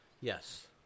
Yes